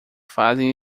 fazem